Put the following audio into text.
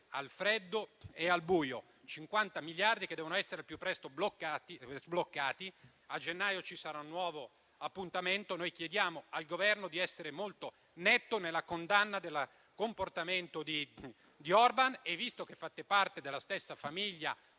al freddo e al buio; 50 miliardi che devono essere al più presto sbloccati. A gennaio ci sarà un nuovo appuntamento e chiediamo al Governo di essere molto netto nella condanna del comportamento di Orban e, visto che fate parte della stessa famiglia